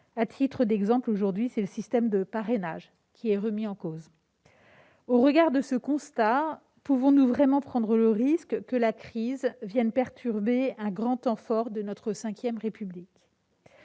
À titre d'exemple, aujourd'hui, c'est le système de parrainages qui est remis en cause. Au regard de ce constat, pouvons-nous vraiment prendre le risque que la crise sanitaire vienne perturber un grand temps fort de notre V République ?